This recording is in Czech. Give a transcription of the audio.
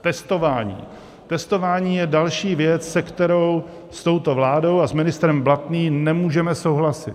Testování: testování je další věc, se kterou s touto vládou a s ministrem Blatným nemůžeme souhlasit.